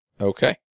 Okay